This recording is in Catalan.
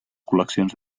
col·leccions